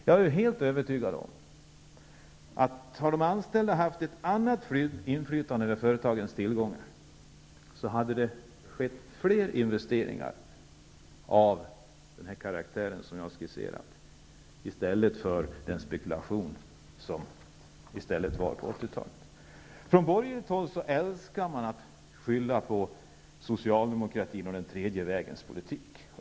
Jag är helt övertygad om, att om de anställda hade haft ett annat inflytande över företagens tillgångar, hade det skett fler investeringar av den karaktär som jag har skisserat i stället för den spekulation som förekom på 80-talet. Från borgerligt håll älskar man att skylla på socialdemokratin och den tredje vägens politik.